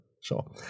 sure